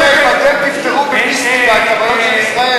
אתה יודע מה, לא, הה"א, התוספת, חבר'ה,